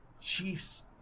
Chiefs